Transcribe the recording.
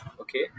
Okay